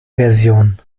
version